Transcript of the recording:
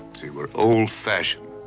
see, we're old-fashioned,